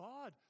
God